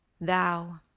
Thou